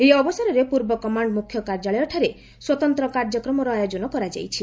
ଏହି ଅବସରରେ ପୂର୍ବ କମାଣ୍ଡ ମୁଖ୍ୟ କାର୍ଯ୍ୟାଳୟଠାରେ ସ୍ପତନ୍ତ୍ର କାର୍ଯ୍ୟକ୍ରମର ଆୟୋଜନ କରାଯାଇଛି